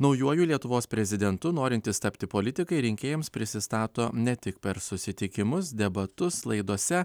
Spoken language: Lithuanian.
naujuoju lietuvos prezidentu norintys tapti politikai rinkėjams prisistato ne tik per susitikimus debatus laidose